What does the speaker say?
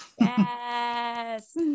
Yes